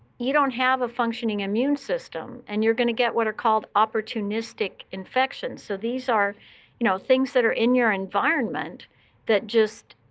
you don't have a functioning immune system. and you're going to get what are called opportunistic infections. so these are you know things that are in your environment that just,